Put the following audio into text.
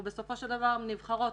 ובסופו של דבר נבחרות,